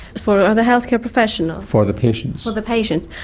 for the healthcare professional? for the patients. for the patients,